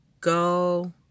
go